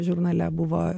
žurnale buvo